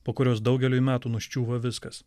po kurios daugeliui metų nuščiūva viskas